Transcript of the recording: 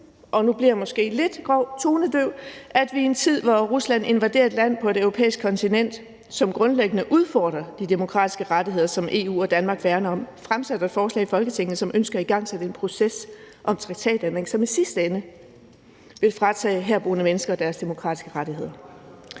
og nu bliver jeg måske lidt grov – tonedøvt, at man i en tid, hvor Rusland invaderer et land på det europæiske kontinent, hvilket grundlæggende udfordrer de demokratiske rettigheder, som EU og Danmark værner om, fremsætter et forslag i Folketinget, hvor man ønsker at igangsætte en proces om en traktatændring, som i sidste ende vil fratage herboende mennesker deres demokratiske rettigheder.